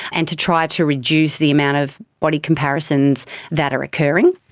and to try to reduce the amount of body comparisons that are occurring.